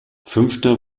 fünfter